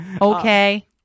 Okay